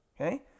Okay